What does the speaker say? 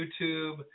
YouTube